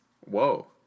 Whoa